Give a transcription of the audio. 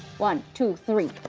one, two, three,